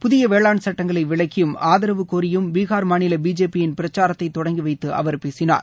புதிய வேளாண் சட்டங்களை விளக்கியும் ஆதரவு கோரியும் பீகார் மாநில பிஜேபி யின் பிரச்சாரத்தை தொடங்கி வைத்து அவர் பேசினார்